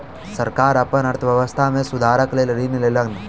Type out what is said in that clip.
सरकार अपन अर्थव्यवस्था में सुधारक लेल ऋण लेलक